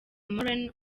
moreno